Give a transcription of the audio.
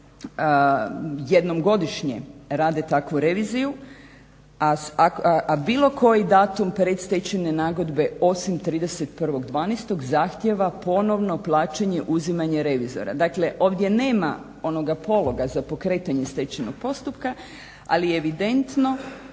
jednom godišnje rade takvu reviziju, a bilo koji datum predstečajne nagodbe osim 31.12. zahtjeva ponovno plaćanje i uzimanje revizora. Dakle, ovdje nema onoga pologa za pokretanje stečajnog postupka, ali je evidentno.